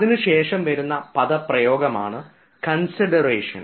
അതിനുശേഷം വരുന്ന പദപ്രയോഗമാണ് കൺസിഡറേഷൻ